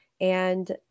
And-